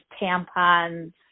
tampons